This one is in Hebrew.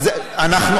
אנחנו,